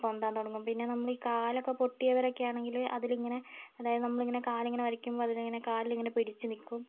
പൊന്താൻ തുടങ്ങും പിന്നെ നമ്മൾ ഈ കാലൊക്കെ പൊട്ടിയവരൊക്കെ ആണെങ്കിൽ അതിലിങ്ങനെ അതായത് നമ്മളിങ്ങനെ കാലിങ്ങനെ വലിക്കുമ്പം അതിലിങ്ങനെ കാലിലിങ്ങനെ പിടിച്ച് നിൽക്കും